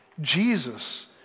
Jesus